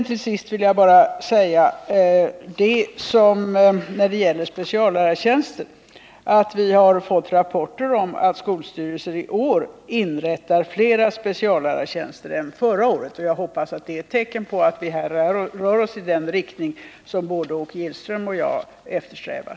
Till sist vill jag bara säga när det gäller speciallärartjänster att vi har fått rapporter om att skolstyrelser i år inrättar fler speciallärartjänster än förra året. Jag hoppas att det är ett tecken på att vi rör oss i den riktning som både Åke Gillström och jag eftersträvar.